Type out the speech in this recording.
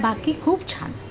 बाकी खूप छान